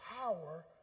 power